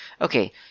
Okay